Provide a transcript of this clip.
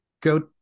go